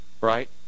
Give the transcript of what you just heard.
right